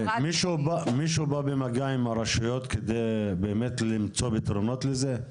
מישהו בא במגע עם הרשויות על מנת באמת למצוא פתרונות לזה?